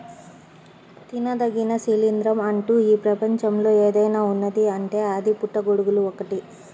తినదగిన శిలీంద్రం అంటూ ఈ ప్రపంచంలో ఏదైనా ఉన్నదీ అంటే అది పుట్టగొడుగులు ఒక్కటే